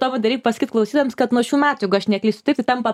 tą vat dar reik pasakyt klausytojams kad nuo šių metų jeigu aš neklystu taip tai tampa